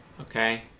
okay